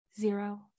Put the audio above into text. Zero